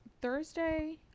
Thursday